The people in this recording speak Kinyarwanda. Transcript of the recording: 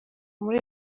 kuri